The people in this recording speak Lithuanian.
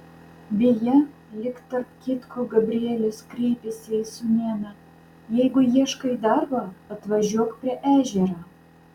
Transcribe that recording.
beje lyg tarp kitko gabrielius kreipėsi į sūnėną jeigu ieškai darbo atvažiuok prie ežero